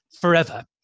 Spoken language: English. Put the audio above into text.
forever